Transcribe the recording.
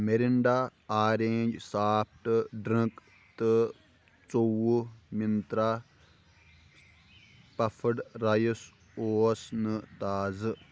Mirinda orange soft drink تہٕ ژووُہ Mantra puffed rice اوس نہٕ تازٕ